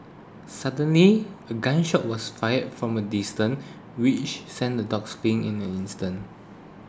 suddenly a gun shot was fired from a distance which sent the dogs fleeing in an instance